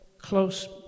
close